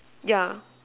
yeah